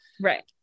Right